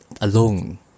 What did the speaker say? alone